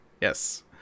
Yes